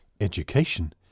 Education